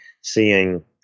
seeing